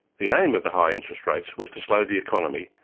the aim of the high interest rates was to slow the economy,